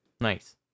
Nice